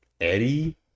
Eddie